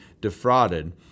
defrauded